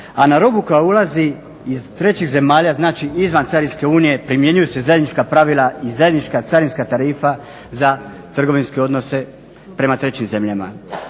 a na robu koja ulazi iz trećih zemalja, znači izvan Carinske unije primjenjuju se zajednička pravila i zajednička carinska tarifa za trgovinske odnose prema trećim zemljama.